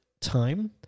time